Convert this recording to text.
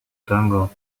tango